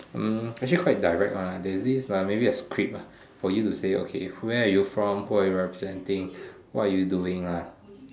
hmm is actually quite direct one ah theres this maybe a script ah for you to say okay where are you from who are you representing what are you doing lah